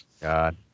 God